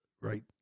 right